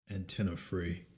Antenna-free